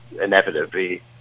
inevitably